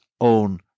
own